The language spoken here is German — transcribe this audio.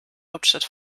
hauptstadt